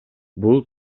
бул